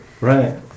Right